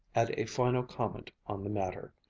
add a final comment on the matter,